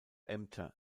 ämter